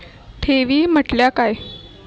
ठेवी म्हटल्या काय?